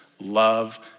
love